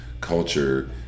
culture